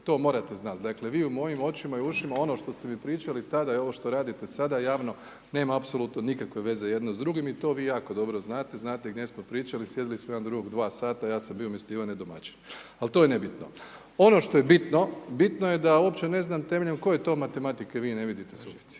to morate znat. Dakle, vi u mojom očima i ušima ono što ste mi pričali tada i ovo što radite sada javno nema apsolutno nikakve veze jedno s drugim i to vi jako dobro znate, znate gdje smo pričali, sjedili smo jedan do drugog dva sata, ja sam bio umjesto Ivane domaćin. Al to je nebitno. Ono što je bitno, bitno je da uopće ne znam temeljem koje to matematike vi ne vidite suficit,